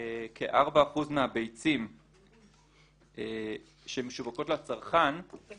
כארבעה אחוזים מהביצים שמשווקות לצרכן שני